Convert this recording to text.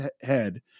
head